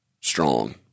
strong